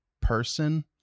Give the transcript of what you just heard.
person